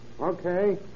Okay